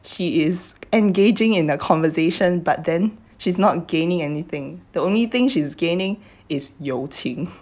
she is engaging in conversation but then she's not gaining anything the only thing she is gaining is 友情